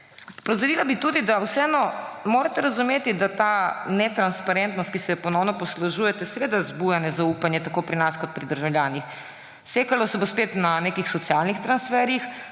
Opozorila bi tudi, da morate vseeno razumeti, da ta netransparentnost, ki se je ponovno poslužujete, vzbuja nezaupanje tako pri nas kot pri državljanih. Sekalo se bo spet na nekih socialnih transferjih.